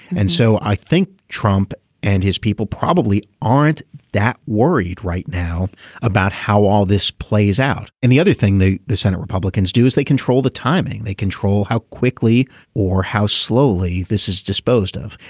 and so i think trump and his people probably aren't that worried right now about how all this plays out. and the other thing the senate republicans do is they control the timing. they control how quickly or how slowly this is disposed of.